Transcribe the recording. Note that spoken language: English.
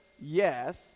yes